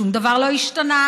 שום דבר לא השתנה.